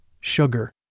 sugar